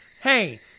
Hey